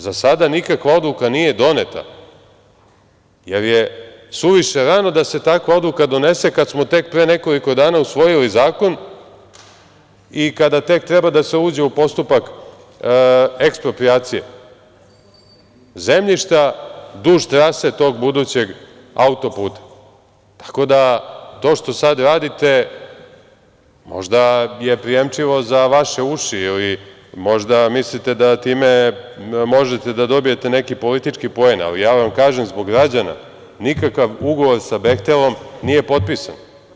Za sada nikakva odluka nije doneta, jer je suviše rano da se takva odluka donese, kad smo tek pre nekoliko dana usvojili zakon i kada tek treba da se uđe u postupak eksproprijacije zemljišta duž trase tog budućeg autoputa, tako da to što sada radite, možda je prijemčivo za vaše uši ili možda mislite da time možete da dobijete neki politički poen, ali ja vam kažem, zbog građana, nikakav ugovor sa „Behtelom“ nije potpisan.